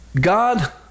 God